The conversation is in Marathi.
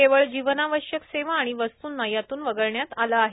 केवळ जीवनावश्यक सेवा आणि वस्तूंना यातून वगळण्यात आलं आहे